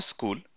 School